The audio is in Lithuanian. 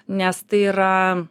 nes tai yra